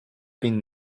been